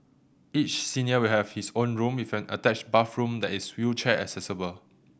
each senior will have his own room with an attached bathroom that is wheelchair accessible